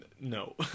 No